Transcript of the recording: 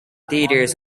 theaters